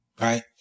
right